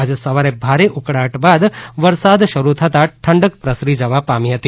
આજે સવારે ભારે ઉકળાટ બાદ વરસાદ શરૂ થતાં ઠંડક પ્રસરી જવા પામી હતી